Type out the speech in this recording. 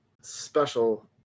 special